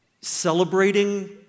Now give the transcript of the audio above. celebrating